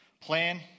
plan